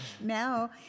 now